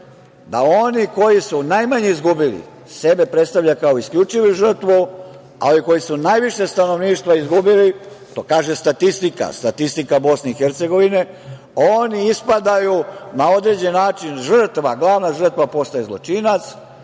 Oni koji su najmanje izgubili sebe predstavljaju kao isključivu žrtvu, a ovi koji su najviše stanovništva izgubili, to kaže statistika, statistika BiH, oni ispadaju na određen način žrtva. Glavna žrtva postaje zločinac,